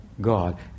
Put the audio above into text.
God